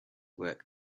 work